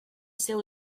seu